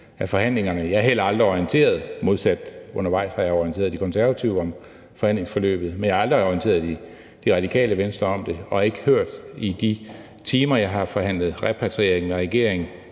Jeg har heller aldrig orienteret modsat, når jeg undervejs har orienteret De Konservative om forhandlingsforløbet. Men jeg har aldrig orienteret Radikale Venstre om det, og jeg har ikke i de timer, jeg har forhandlet repatriering med regeringen,